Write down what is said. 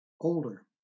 older